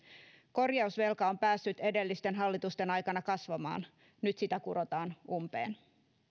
korjausvelka on päässyt edellisten hallitusten aikana kasvamaan nyt sitä kurotaan umpeen